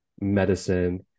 medicine